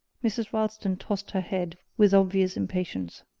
mrs. ralston tossed her head with obvious impatience.